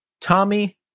Tommy